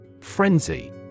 Frenzy